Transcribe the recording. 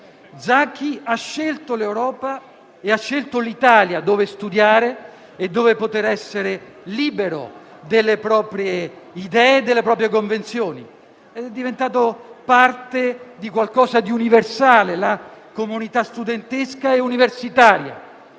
Zaki ha scelto l'Europa e ha scelto l'Italia, dove studiare e poter essere libero di esprimere le proprie idee e le proprie convinzioni; è diventato parte di qualcosa di universale, la comunità studentesca e universitaria.